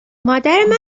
مادرمنم